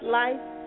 life